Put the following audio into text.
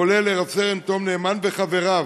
כולל לרב-סרן תום נאמן וחבריו.